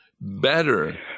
better